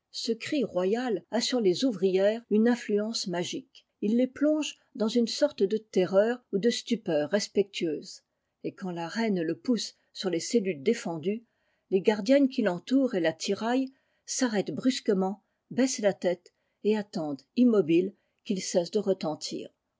ce cri royal a sur les ouvrières une influence magique il les plonge dans une sorte de terreur ou de stupeur respectueuse et quand la reine le pousse sur les cellules défendues les gardiennes qui l'entourent et la tiraillent s'arrêtent brusquement baissent la tète et attendent immobiles qu'il cesse de retentir